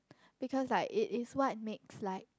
because like it is what makes like